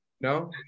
No